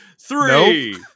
Three